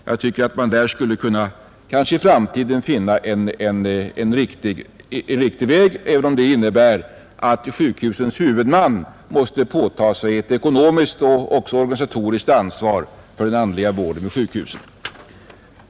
Jag tycker att man där i framtiden skulle kunna finna en riktig väg, även om det innebär att sjukhusets huvudman måste påtaga sig ett ekonomiskt och även organisatoriskt ansvar för den andliga vården.